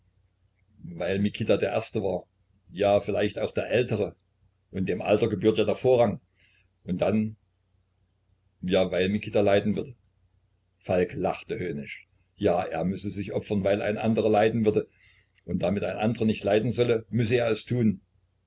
weil mikita der erste war ja vielleicht auch der ältere und dem alter gebührt ja der vorrang und dann ja weil mikita leiden würde falk lachte höhnisch ja er müsse sich opfern weil ein andrer leiden würde und damit ein andrer nicht leiden solle müsse er es tun